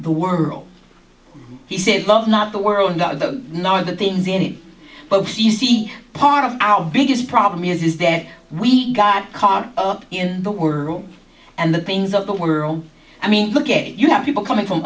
the world he said love not the world not the nor the things in it both you see part of our biggest problem is that we got caught up in the world and the things of the world i mean look at it you have people coming from